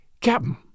Captain